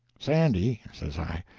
sandy, says i,